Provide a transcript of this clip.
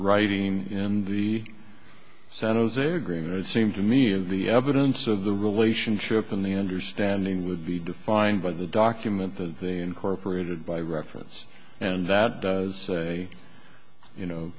writing in the san jose agreement it seemed to me and the evidence of the relationship and the understanding would be defined by the document that they incorporated by reference and that does you know